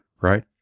Right